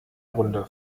runde